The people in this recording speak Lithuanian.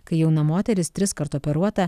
kai jauna moteris triskart operuota